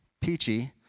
peachy